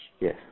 Yes